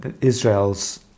Israel's